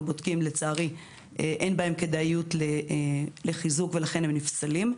בודקים לצערי אין בהם כדאיות לחיזוק ולכן הם נפסלים.